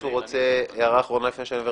מישהו רוצה הערה אחרונה לפני שאני עובר